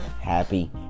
happy